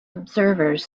observers